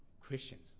Christians